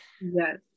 Yes